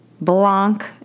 Blanc